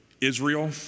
Israel